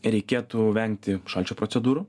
reikėtų vengti šalčio procedūrų